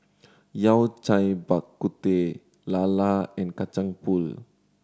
Yao Cai Bak Kut Teh lala and Kacang Pool